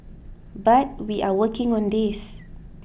but we are working on this